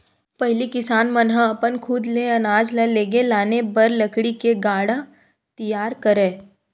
पहिली किसान मन ह अपन खुद ले अनाज ल लेगे लाने बर लकड़ी ले गाड़ा तियार करय